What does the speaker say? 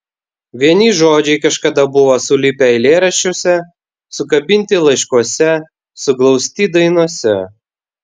vieni žodžiai kažkada buvo sulipę eilėraščiuose sukabinti laiškuose suglausti dainose